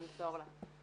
אמסור לה.